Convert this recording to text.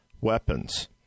weapons